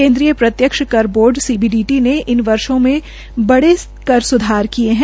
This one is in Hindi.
केन्द्रीय प्रत्यक्ष कर बोर्ड सीबीडीटी ने इन वर्षो में बड़े कर सुधार किये है